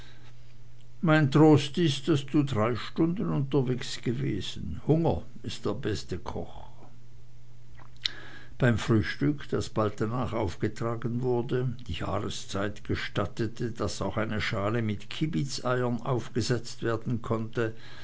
mein trost ist daß du drei stunden unterwegs gewesen hunger ist der beste koch beim frühstück das bald danach aufgetragen wurde die jahreszeit gestattete daß auch eine schale mit kiebitzeiern aufgesetzt werden konnte